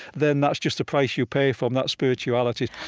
then that's just the price you pay for that spirituality